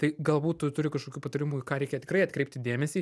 tai galbūt tu turi kažkokių patarimų į ką reikia tikrai atkreipti dėmesį